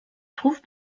trouve